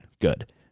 Good